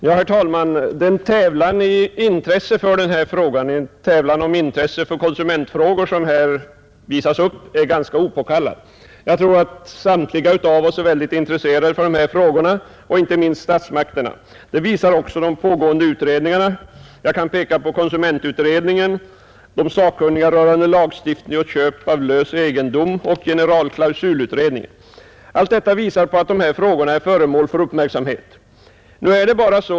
Herr talman! Den tävlan i intresse för konsumentfrågor som här visats upp är ganska opåkallad. Jag tror att vi alla är mycket intresserade av dessa frågor, och inte minst statsmakterna. Det visar de pågående utredningarna. Jag kan peka på konsumentutredningen, de sakkunniga rörande lagstiftningen om köp av lös egendom och generalklausulutredningen. Allt detta visar att dessa frågor är föremål för uppmärksamhet.